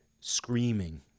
screaming